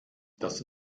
das